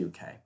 UK